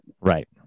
right